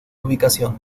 ubicación